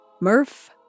Murph